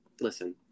Listen